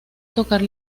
tocar